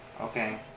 Okay